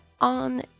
on